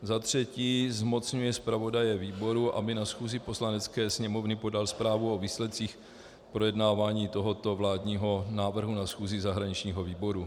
Za třetí zmocňuje zpravodaje výboru, aby na schůzi Poslanecké sněmovny podal zprávu o výsledcích projednávání tohoto vládního návrhu na schůzi zahraničního výboru.